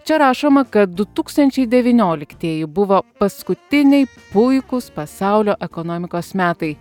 čia rašoma kad du tūkstančiai devynioliktieji buvo paskutiniai puikūs pasaulio ekonomikos metai